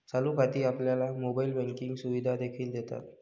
चालू खाती आपल्याला मोबाइल बँकिंग सुविधा देखील देतात